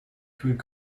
kühlen